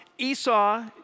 Esau